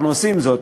אנחנו עושים זאת.